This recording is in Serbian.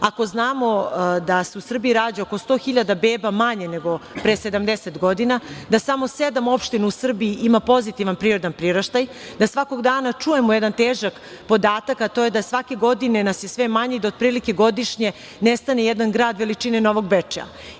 Ako znamo da se u Srbiji rađa oko 100.000 beba manje nego pre 70 godina, da samo sedam opština u Srbiji ima pozitivan prirodni priraštaj, da svakog dana čujemo jedan težak podatak, a to je da svake godine nas je sve manje i da otprilike godišnje nestane jedan grad veličine Novog Bečeja.